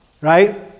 right